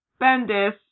Bendis